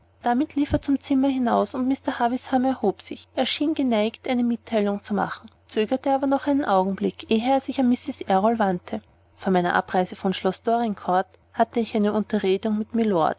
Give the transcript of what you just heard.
damit lief er zum zimmer hinaus und mr havisham erhob sich er schien geneigt eine mitteilung zu machen zögerte aber noch einen augenblick ehe er sich an mrs errol wandte vor meiner abreise von schloß dorincourt hatte ich eine unterredung mit mylord